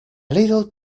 little